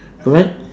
correct